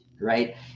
right